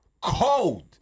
cold